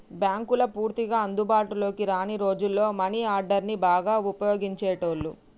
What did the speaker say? బ్యేంకులు పూర్తిగా అందుబాటులోకి రాని రోజుల్లో మనీ ఆర్డర్ని బాగా వుపయోగించేటోళ్ళు